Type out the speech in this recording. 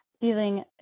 feeling